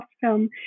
film